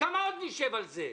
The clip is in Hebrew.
כמה עוד נשב על זה?